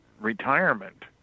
retirement